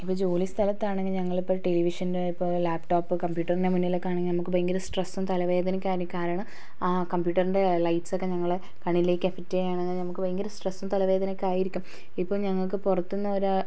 ഇവിടെ ജോലി സ്ഥലത്താണെങ്കിൽ ഞങ്ങളിപ്പോൾ ടെലിവിഷൻ ഇപ്പോൾ ലാപ്ടോപ്പ് കമ്പ്യൂട്ടറിൻ്റെ മുന്നിലൊക്കെ ആണെങ്കിൽ നമുക്ക് ഭയങ്കര സ്ട്രെസും തലവേദനയ്ക്കും കാരണം ആ കമ്പ്യൂട്ടറിൻ്റെ ലൈറ്റ്സ് ഒക്കെ ഞങ്ങളെ കണ്ണിലേക്ക് എഫക്ട് ചെയ്യുവാണേൽ നമുക്ക് ഭയങ്കര സ്ട്രെസ്സും തലവേദനയും ഒക്കെയായിരിക്കും ഇപ്പോൾ ഞങ്ങൾക്ക് പുറത്തൂന്ന് ഒരു